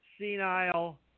senile